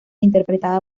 interpretada